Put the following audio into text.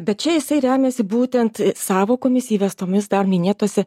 bet čia jisai remiasi būtent sąvokomis įvestomis dar minėtose